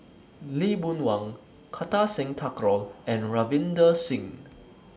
Lee Boon Wang Kartar Singh Thakral and Ravinder Singh